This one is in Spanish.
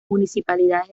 municipalidades